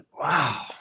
Wow